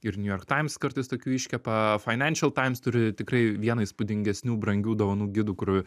ir new york times kartais tokių iškepa financial times turi tikrai vieną įspūdingesnių brangių dovanų gidų kur